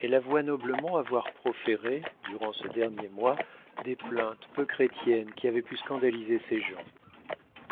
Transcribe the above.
elle avoua noblement avoir proféré durant ce dernier mois des plaintes peu chrétiennes qui avaient pu scandaliser ses gens